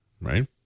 right